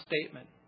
statement